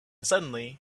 suddenly